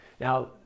Now